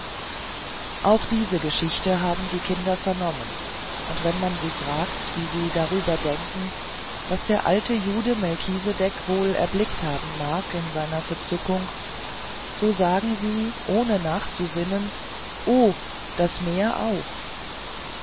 auch diese geschichte haben die kinder vernommen und wenn man sie fragt wie sie darüber denken was der alte jude melchisedech wohl erblickt haben mag in seiner verzückung so sagen sie ohne nachzusinnen oh das meer auch